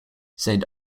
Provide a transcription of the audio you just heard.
saint